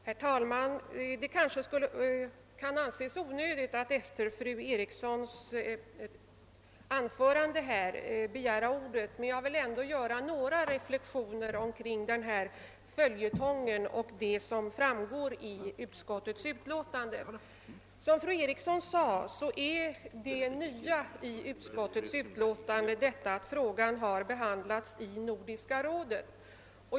Herr talman! Det kan kanske anses onödigt att efter fru Erikssons anförande begära ordet, men jag vill ändå göra några reflexioner kring denna följetong och vad som framgår av utskottets utlåtande. Som fru Eriksson framhöll, är det nya i utskottets utlåtande att frågan har behandlats i Nordiska rådet.